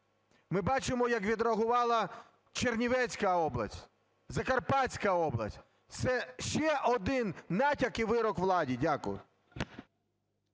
Ми бачимо як відреагувала Чернівецька область, Закарпатська область. Це ще один натяк і вирок владі. Дякую.